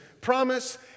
promise